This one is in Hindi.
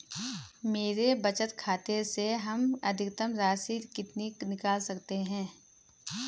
मेरे बचत खाते से हम अधिकतम राशि कितनी निकाल सकते हैं?